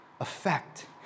effect